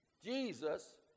Jesus